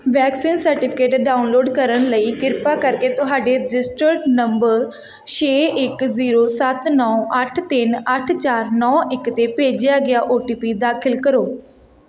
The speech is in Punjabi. ਵੈਕਸੀਨ ਸਰਟੀਫਿਕੇਟ ਡਾਊਨਲੋਡ ਕਰਨ ਲਈ ਕਿਰਪਾ ਕਰਕੇ ਤੁਹਾਡੇ ਰਜਿਸਟਰਡ ਨੰਬਰ ਛੇ ਇੱਕ ਜ਼ੀਰੋ ਸੱਤ ਨੌ ਅੱਠ ਤਿੰਨ ਅੱਠ ਚਾਰ ਨੌ ਇੱਕ 'ਤੇ ਭੇਜਿਆ ਗਿਆ ਓ ਟੀ ਪੀ ਦਾਖਲ ਕਰੋ